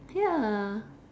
ya